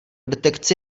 detekci